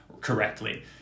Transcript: correctly